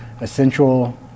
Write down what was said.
essential